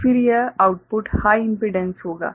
तो फिर यह आउटपुट हाइ इम्पीडेंस होगा